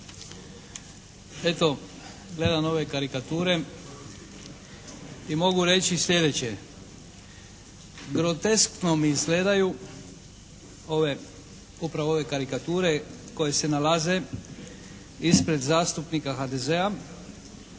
Eto gledam ove karikature i mogu reći sljedeće. Groteskno mi izgledaju upravo ove karikature koje se nalaze ispred zastupnika HDZ-a